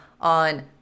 on